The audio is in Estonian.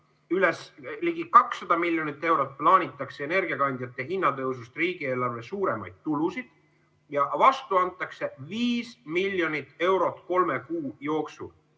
Ligi 200 miljonit eurot plaanitakse energiakandjate hinna tõusust riigieelarvesse suuremaid tulusid ja vastu antakse 5 miljonit eurot kolme kuu jooksul.